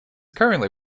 currently